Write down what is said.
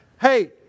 Hey